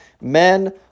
men